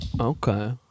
Okay